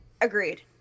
agreed